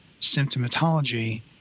symptomatology